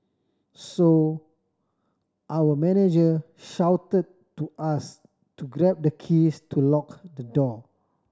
so our manager shouted to us to grab the keys to lock the door